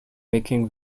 making